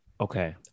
Okay